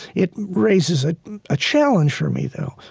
it raises a ah challenge for me, though.